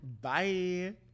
Bye